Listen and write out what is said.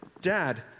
dad